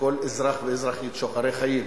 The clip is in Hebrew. לכל אזרח ואזרחית שוחרי חיים,